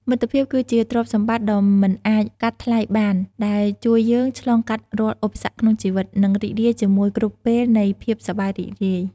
មិត្តភាពគឺជាទ្រព្យសម្បត្តិដ៏មិនអាចកាត់ថ្លៃបានដែលជួយយើងឆ្លងកាត់រាល់ឧបសគ្គក្នុងជីវិត និងរីករាយជាមួយគ្រប់ពេលនៃភាពសប្បាយរីករាយ។